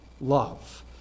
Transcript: love